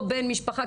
או בן משפחה,